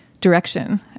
direction